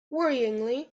worryingly